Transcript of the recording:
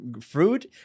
fruit